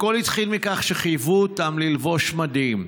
הכול התחיל מכך שחייבו אותם ללבוש מדים.